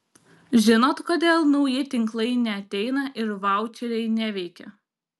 žinot kodėl nauji tinklai neateina ir vaučeriai neveikia